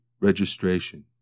registration